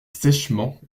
sèchement